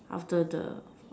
after the